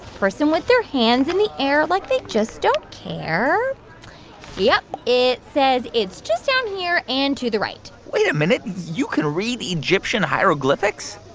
person with their hands in the air like they just don't care yep, it says it's just down here and to the right wait a minute you can read egyptian hieroglyphics?